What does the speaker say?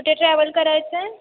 कुठे ट्रॅव्हल करायचं आहे